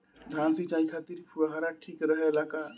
धान सिंचाई खातिर फुहारा ठीक रहे ला का?